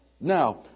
Now